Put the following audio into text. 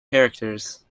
characters